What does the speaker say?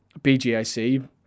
BGIC